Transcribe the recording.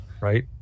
Right